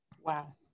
Wow